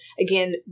again